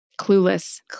Clueless